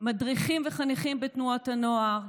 מדריכים וחניכים בתנועות הנוער,